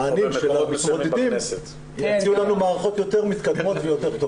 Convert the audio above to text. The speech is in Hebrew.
המענים של המתמודדים יציעו לנו מערכות יותר מתקדמות ויותר טובות.